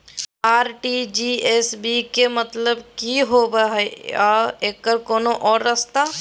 RTGS बा के मतलब कि होबे हय आ एकर कोनो और रस्ता?